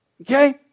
Okay